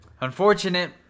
unfortunate